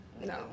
No